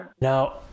Now